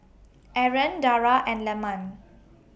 Aaron Dara and Leman